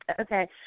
Okay